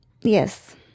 Yes